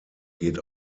geht